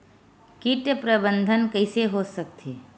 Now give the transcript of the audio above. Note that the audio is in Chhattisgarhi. कीट प्रबंधन कइसे हो सकथे?